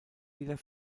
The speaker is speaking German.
jeder